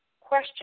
question